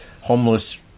homeless